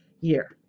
year